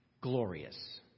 glorious